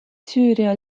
süüria